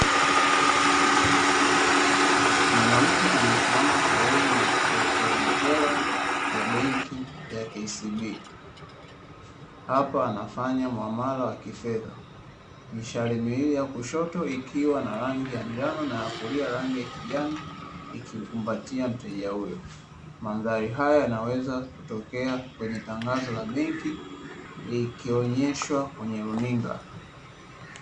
Mwanamke amesimama karibu na protomotela ya benki ya "KCB",hapa anafanya muamala wa kifedha. Mishale miwili ya kushoto ikiwa na rangi ya njano na ya kulia rangi ya kijani ,ikimkumbatia mteja huyo. Mandhari haya yanaweza kutokea kwenye tangazo la benki likionyeshwa kwenye runinga.